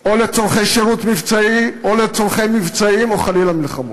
או לצורכי שירות מבצעי או לצורכי מבצעים או חלילה מלחמות.